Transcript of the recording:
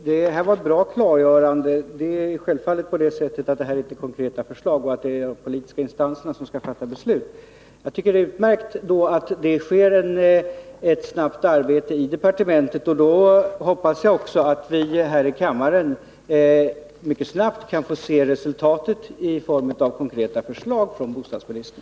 Herr talman! Det var ett bra klargörande. Det är självklart att det inte är några konkreta förslag och att det är de politiska instanserna som skall fatta beslut. Jag tycker att det är utmärkt att det sker ett snabbt arbete i departementet. Då hoppas jag också att vi här i riksdagen mycket snabbt kan få se resultat i form av konkreta förslag från bostadsministern.